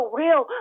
real